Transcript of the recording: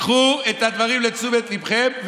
תיקחו את הדברים לתשומת ליבכם.